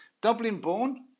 Dublin-born